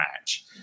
match